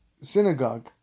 synagogue